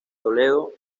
toledo